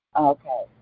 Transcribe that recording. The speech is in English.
Okay